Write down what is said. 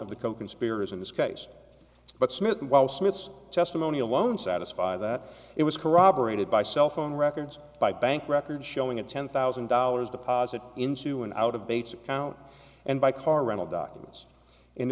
coconspirators in this case but smith and while smith's testimony alone satisfy that it was corroborated by cell phone records by bank records showing a ten thousand dollars deposit into an out of bates account and by car rental documents in